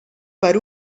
per